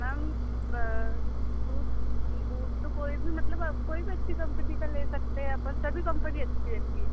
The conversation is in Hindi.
मैम बूट बूट तो कोई भी मतलब अब कोई भी अच्छी कम्पनी का ले सकते हैं अपन सभी कम्पनी अच्छी रहती है